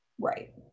right